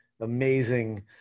amazing